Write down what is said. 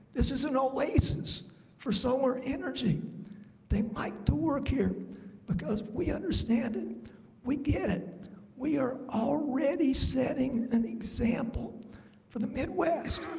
this is an oasis for solar energy they like to work here because we understand it we get it we are already setting an example for the midwest